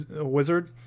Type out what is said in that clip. wizard